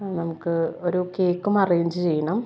ആ നമുക്ക് ഒരു കേക്കും അറേഞ്ച് ചെയ്യണം